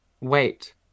wait